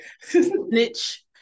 Snitch